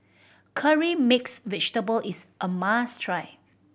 Curry Mixed Vegetable is a must try